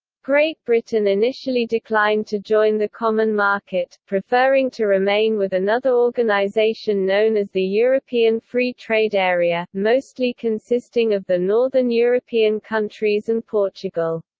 great britain initially declined to join the common market, preferring to remain with another organisation known as the european free trade area, mostly consisting of the northern european countries and portugal.